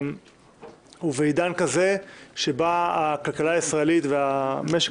ובעידן כזה שבו הכלכלה הישראלית והמשק